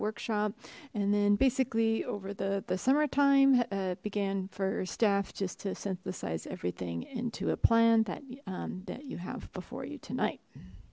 workshop and then basically over the the summer time began for staff just to synthesize everything into a plan that that you have before you tonight